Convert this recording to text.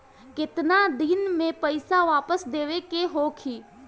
केतना दिन में पैसा वापस देवे के होखी?